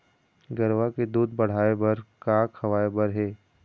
गरवा के दूध बढ़ाये बर का खवाए बर हे?